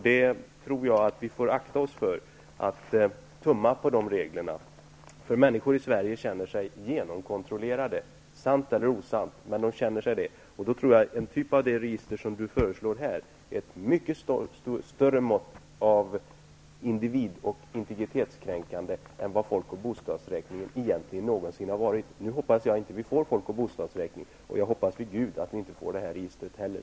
Jag tror att vi skall akta oss för att tumma på de reglerna. Människor i Sverige känner sig genomkontrollerade. Det må vara sant eller osant men de känner så. En sådan typ av register som Bert Karlsson föreslår här utgör ett mycket större mått av individ och integritetskränkning än vad folk och bostadsräkningen någonsin har varit. Jag hoppas att vi inte får en folk och bostadsräkning, och jag hoppas vid Gud att vi inte får det här registret heller.